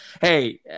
Hey